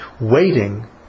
Waiting